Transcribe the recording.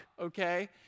okay